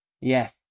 yes